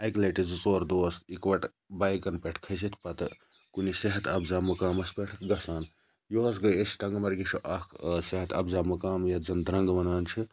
اَکہِ لَٹہِ زٕ ژور دوس اِکوٹہٕ بایکَن پیٹھ کھٔسِتھ پَتہٕ کُنہِ صحت اَفزا مَقامَس پیٹھ گَژھان یۄیس گٔے أسۍ ٹَنٛگ مَرگہِ چھُ اکھ صحت اَفزا مقام یتھ زَن درنٛگ وَنان چھِ